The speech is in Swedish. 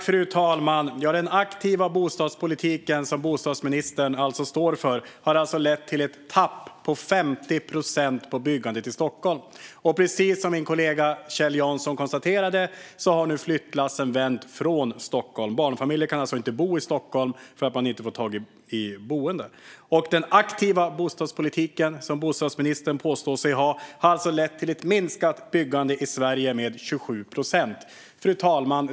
Fru talman! Den aktiva bostadspolitik som bostadsministern står för har alltså lett till ett tapp på 50 procent i byggandet i Stockholm. Precis som min kollega Kjell Jansson konstaterade har flyttlassen nu vänt från Stockholm. Barnfamiljer kan inte bo i Stockholm för att de inte får tag på boende. Den aktiva bostadspolitik som bostadsministern påstår sig föra har alltså lett till att byggandet i Sverige minskat med 27 procent. Fru talman!